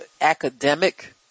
academic